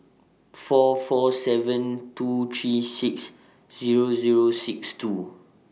four four seven two three six Zero Zero six two